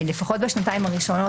לפחות בשנתיים הראשונות,